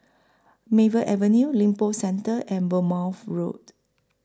Maple Avenue Lippo Centre and Bournemouth Road